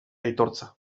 aitortza